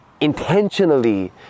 Intentionally